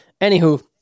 Anywho